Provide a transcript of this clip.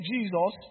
Jesus